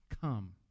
come